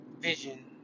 Vision